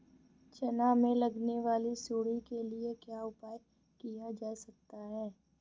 चना में लगने वाली सुंडी के लिए क्या उपाय किया जा सकता है?